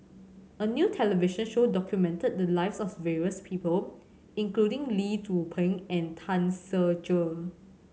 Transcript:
a new television show documented the lives of various people including Lee Tzu Pheng and Tan Ser Cher